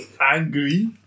angry